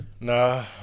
Nah